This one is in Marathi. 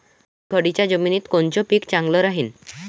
चुनखडीच्या जमिनीत कोनचं पीक चांगलं राहीन?